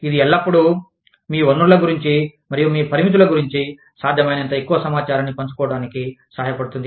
ఇది ఎల్లప్పుడూ మీ వనరుల గురించి మరియు మీ పరిమితుల గురించి సాధ్యమైనంత ఎక్కువ సమాచారాన్ని పంచుకోవడానికి సహాయపడుతుంది